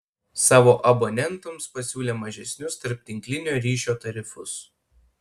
savo abonentams pasiūlė mažesnius tarptinklinio ryšio tarifus